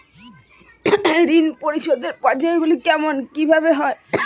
ঋণ পরিশোধের পর্যায়গুলি কেমন কিভাবে হয়?